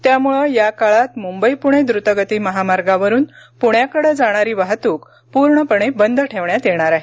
त्यामुळे या काळात मुंबई पूणे द्रतगती महामार्गावरून पुण्याकडे जाणारी वाहतूक पूर्णपणे बंद ठेवण्यात येणार आहे